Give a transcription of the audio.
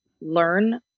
learn